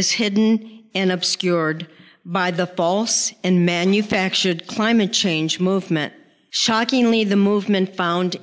is hidden and obscured by the false and manufactured climate change movement shockingly the movement found